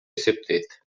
эсептейт